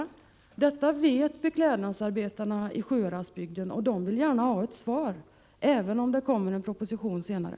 Detta vet beklädnadsarbetarna i Sjuhäradsbygden, och de vill gärna ha ett svar, även om det kommer en proposition senare.